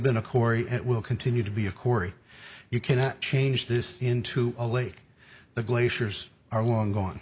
been a kori it will continue to be a corey you cannot change this into a lake the glaciers are long gone